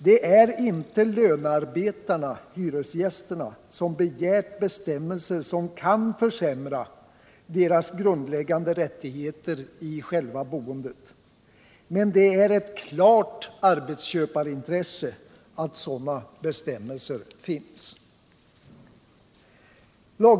Det är inte lönearbetarna/hyresgästerna som begärt bestämmelser som kan försämra deras grundläggande rättigheter i själva boendet. Men det är ett klart arbetsköparintresse att sådana bestämmelser finns.